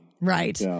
Right